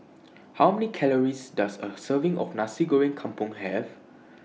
How Many Calories Does A Serving of Nasi Goreng Kampung Have